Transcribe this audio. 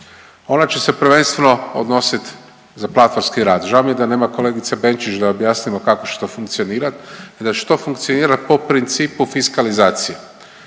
Ona će se prvenstveno odnositi za platformski rad, žao mi je da nema kolegice Benčić da objasnimo kako će to funkcionirati i da će to funkcionirati po principu fiskalizacije.